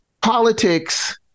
politics